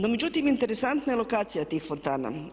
No međutim, interesantna je lokacija tih fontana.